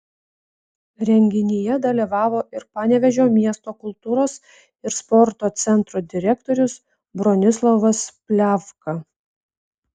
renginyje dalyvavo ir panevėžio miesto kultūros ir sporto centro direktorius bronislovas pliavga